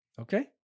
Okay